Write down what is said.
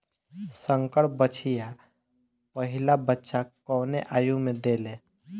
संकर बछिया पहिला बच्चा कवने आयु में देले?